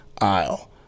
aisle